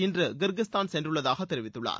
இன்று கிர்கிஸ்தான் சென்றுள்ளதாக தெரிவித்துள்ளார்